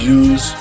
use